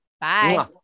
Bye